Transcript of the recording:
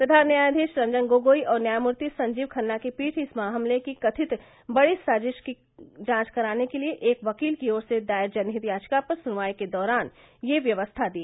प्रधान न्यायाधीश रंजन गोगोई और न्यायमूर्ति संजीव खन्ना की पीठ इस हमले की कथित बड़ी साजिश की जांच कराने के लिए एक वकील की ओर से दायर जनहित याचिका पर सुनवाई के दौरान ये व्यवस्था दी